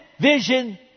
vision